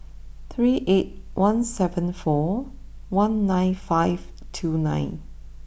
three eight one seven four one nine five two nine